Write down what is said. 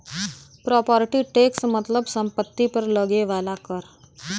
property tax मतलब सम्पति पर लगे वाला कर